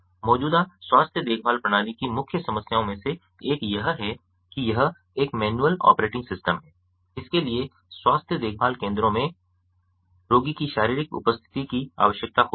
मौजूदा स्वास्थ्य देखभाल प्रणाली की मुख्य समस्याओं में से एक यह है कि यह एक मैनुअल ऑपरेटिंग सिस्टम है इसके लिए स्वास्थ्य देखभाल केंद्रों में रोगी की शारीरिक उपस्थिति की आवश्यकता होती है